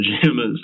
pajamas